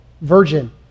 virgin